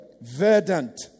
Verdant